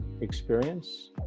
experience